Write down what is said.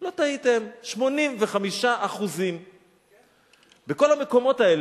לא טעיתם: 85%. בכל המקומות האלה,